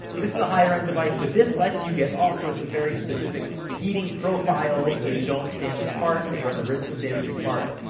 this is a higher-end device, but this lets you get all sorts of very specific heating profiles, so you don't damage parts, and run the risk of damaging parts.